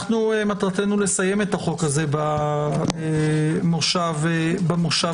מטרתנו לסיים את החוק הזה במושב הזה.